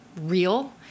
real